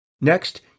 Next